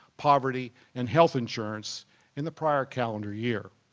poverty, and health insurance in the prior calendar year.